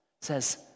says